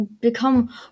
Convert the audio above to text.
become